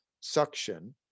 suction